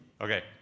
Okay